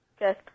Yes